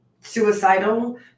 suicidal